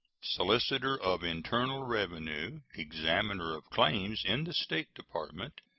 solicitor of internal revenue, examiner of claims in the state department,